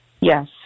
Yes